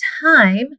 time